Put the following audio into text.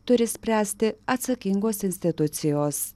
turi spręsti atsakingos institucijos